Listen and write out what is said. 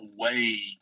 away –